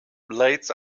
blades